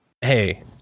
Hey